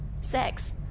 Sex